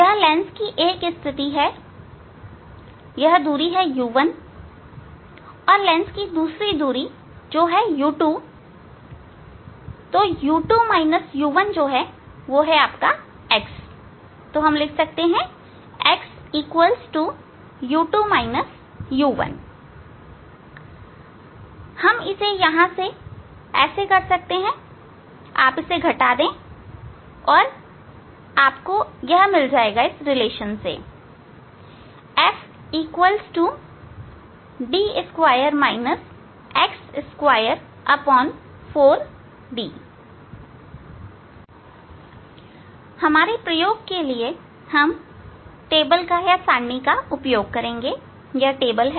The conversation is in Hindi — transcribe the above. यह लेंस की एक स्थिति है यह दूरी u1 और लेंस की दूसरी दूरी जो u2 है u2 u1 x है x u2 u1 हम इसे यहां से कर सकते हैं आप इसे घटा दें आपको यह मिल जाएगा इस संबंध से f D2 x24D हमारे प्रयोग के लिए हम सारणी का उपयोग करेंगे यह सारणी है